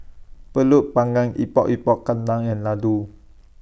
Pulut Panggang Epok Epok Kentang and Laddu